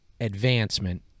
advancement